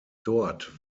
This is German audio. dort